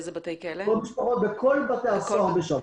בכל בתי-הסוהר בשב"ס.